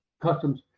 customs